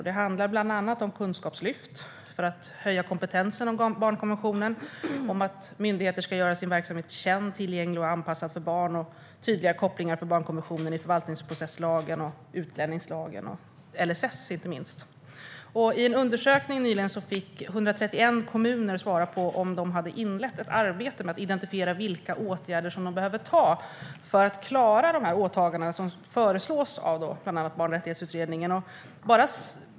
Det handlar bland annat om ett kunskapslyft för att höja kompetensen i fråga om barnkonventionen, om att myndigheter ska göra sin verksamhet känd, tillgänglig och anpassad för barn samt om tydligare kopplingar till barnkonventionen i förvaltningsprocesslagen, utlänningslagen och inte minst LSS. I en undersökning nyligen fick 131 kommuner svara på om de hade inlett ett arbete med att identifiera vilka åtgärder som de behöver vidta för att klara de åtaganden som föreslås av bland andra Barnrättighetsutredningen.